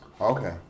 Okay